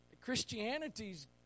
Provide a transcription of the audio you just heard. Christianity's